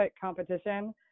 competition